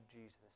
Jesus